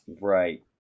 Right